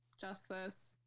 Justice